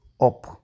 up